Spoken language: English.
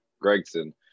gregson